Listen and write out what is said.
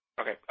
Okay